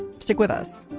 stick with us